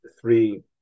three